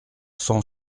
cent